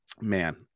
man